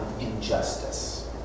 injustice